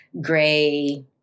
gray